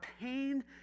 pain